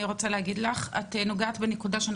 אני רוצה להגיד לך שאת נוגעת בנקודה שאני